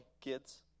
kids